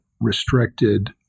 restricted